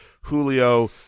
Julio